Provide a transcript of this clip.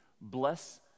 bless